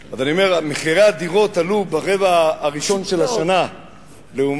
מחירי הדירות עלו ברבע הראשון של השנה לעומת